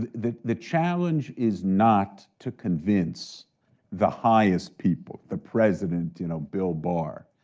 the the challenge is not to convince the highest people, the president, you know, bill barr.